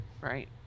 right